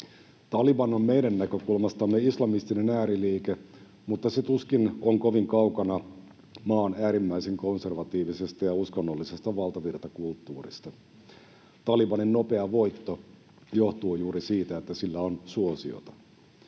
Taliban on meidän näkökulmastamme islamistinen ääriliike, mutta se tuskin on kovin kaukana maan äärimmäisen konservatiivisesta ja uskonnollisesta valtavirtakulttuurista. Talibanin nopea voitto johtuu juuri siitä, että sillä on suosiota.